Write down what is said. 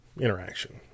interaction